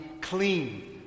clean